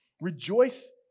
Rejoice